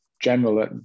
general